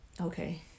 Okay